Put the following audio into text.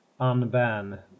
unban